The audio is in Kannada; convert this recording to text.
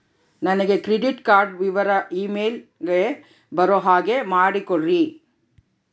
ನನಗೆ ಕ್ರೆಡಿಟ್ ಕಾರ್ಡ್ ವಿವರ ಇಮೇಲ್ ಗೆ ಬರೋ ಹಾಗೆ ಮಾಡಿಕೊಡ್ರಿ?